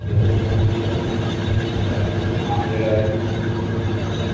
ते उस बिच अस समान जेह्ड़ा ऐ